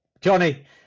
Johnny